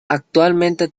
actualmente